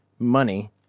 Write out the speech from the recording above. Money